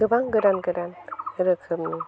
गोबां गोदान गोदान रोखोमनि